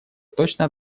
точно